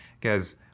guys